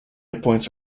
appoints